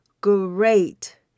great